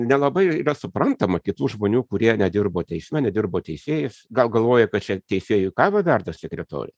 nelabai suprantama kitų žmonių kurie nedirbo teisme nedirbo teisėjais gal galvoja kad čia teisėjui kavą verda sekretorė